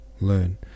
learn